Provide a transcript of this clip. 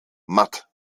matt